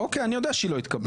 אוקיי, אני יודע שהיא לא התקבלה.